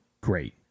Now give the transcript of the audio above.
great